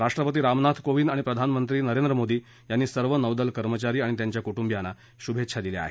राष्ट्रपती रामनाथ कोविंद आणि प्रधानमंत्री नरेंद्र मोदी यांनी सर्व नौदल कर्मचारी आणि त्यांच्या कुटुंबियांना शुभेच्छा दिल्या आहेत